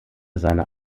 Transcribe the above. seiner